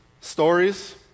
stories